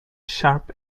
sharp